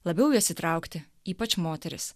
labiau juos įtraukti ypač moteris